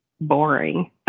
boring